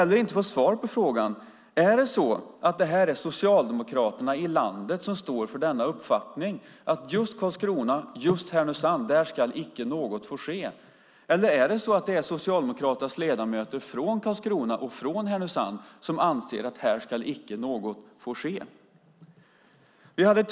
Jag har inte fått svar på frågan om det är Socialdemokraterna i landet som står för uppfattningen att i just Karlskrona och Härnösand ska icke något få ske, eller om det är socialdemokratiska ledamöter från Karlskrona och Härnösand som anser att icke något ska få ske på dessa orter.